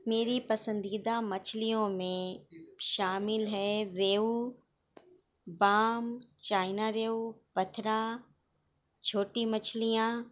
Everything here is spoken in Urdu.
میری پسندیدہ مچھلیوں میں شامل ہے ریہو بام چائنا ریہو پتھرا چھوٹی مچھلیاں